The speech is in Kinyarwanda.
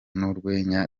n’urwenya